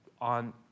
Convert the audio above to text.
on